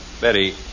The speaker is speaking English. Betty